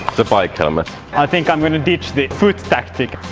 the bike helmet i think i'm going to ditch the foot tactic